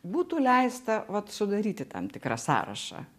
būtų leista vat sudaryti tam tikrą sąrašą